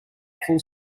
full